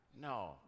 No